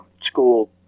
school